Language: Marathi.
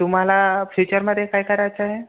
तुम्हाला फ्युचरमध्ये काय करायचं आहे